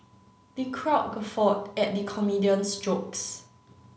the crowd guffawed at the comedian's jokes